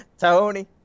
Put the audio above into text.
Tony